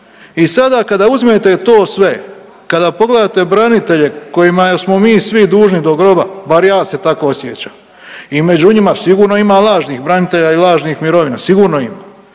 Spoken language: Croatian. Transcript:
I sada kada uzmete to sve, kada pogledate branitelje kojima smo mi svi dužni do groba, bar ja se tako osjećam i među njima sigurno ima lažnih branitelja i lažnih mirovina, sigurno ima,